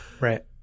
Right